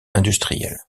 industriels